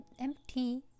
empty